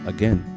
Again